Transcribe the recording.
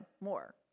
more